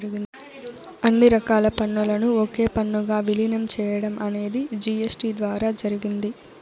అన్ని రకాల పన్నులను ఒకే పన్నుగా విలీనం చేయడం అనేది జీ.ఎస్.టీ ద్వారా జరిగింది